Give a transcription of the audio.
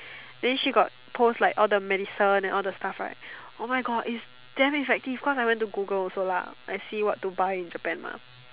then she got post like all the medicine and all the stuff right oh my God is damn effective cause I went to Google also lah I see what to buy in Japan lah